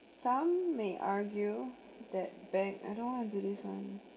some may argue that bank I don't want to do this one